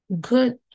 good